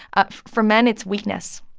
ah for men, it's weakness.